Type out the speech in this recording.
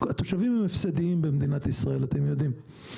התושבים הם הפסדיים במדינת ישראל, אתם יודעים.